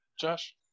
josh